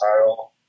Title